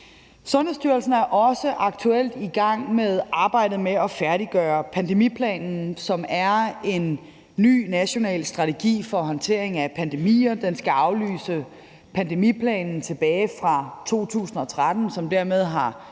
Sundhedsstyrelsen er aktuelt også i gang med arbejdet med at færdiggøre pandemiplanen, som er en ny national strategi for håndteringen af pandemier. Den skal afløse pandemiplanen tilbage fra 2013, som dermed har 10